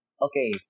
Okay